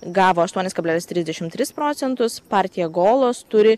gavo aštuonis kablelis trisdešim tris procentus partija golos turi